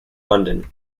london